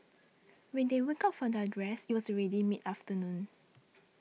when they woke up from their rest it was already mid afternoon